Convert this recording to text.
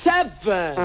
Seven